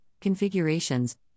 configurations